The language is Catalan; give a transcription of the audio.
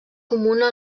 comuna